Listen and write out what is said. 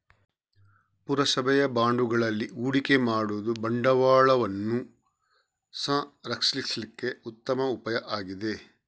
ಪುರಸಭೆಯ ಬಾಂಡುಗಳಲ್ಲಿ ಹೂಡಿಕೆ ಮಾಡುದು ಬಂಡವಾಳವನ್ನ ಸಂರಕ್ಷಿಸ್ಲಿಕ್ಕೆ ಉತ್ತಮ ಉಪಾಯ ಆಗಿದೆ